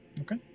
Okay